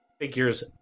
figures